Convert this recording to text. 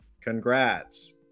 congrats